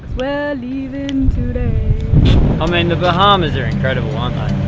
we're leavin today i mean the bahamas are incredible um